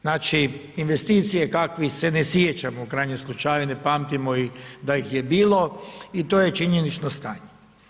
Znači investicije kakvih se ne sjećamo, u krajnjem slučaju ne pamtimo ih da ih je bilo i to je činjenično stanje.